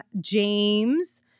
James